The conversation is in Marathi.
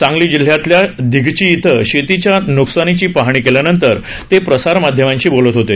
सांगली जिल्ह्यातल्या दिघंची इथं शेतीच्या न्कसानीची पाहणी केल्यानंतर ते प्रसार माध्यमांशी बोलत होते